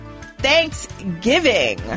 Thanksgiving